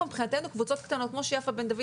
מבחינתנו, קבוצות קטנות, כמו שאמרה יפה בן דוד.